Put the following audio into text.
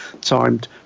timed